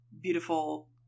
beautiful